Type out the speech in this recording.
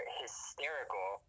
hysterical